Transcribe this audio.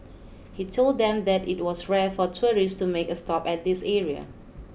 he told them that it was rare for tourists to make a stop at this area